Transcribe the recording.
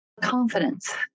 Confidence